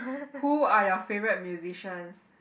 who are your favourite musicians